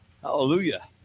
Hallelujah